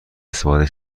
استفاده